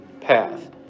path